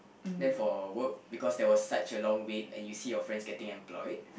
then for work because there was such a long wait and you see your friends getting employed